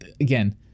again